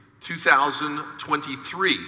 2023